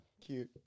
Cute